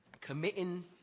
committing